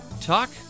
Talk